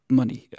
money